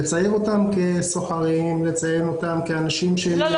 לצייר אותם כסוחרים, לציין אותם כאנשים --- לא.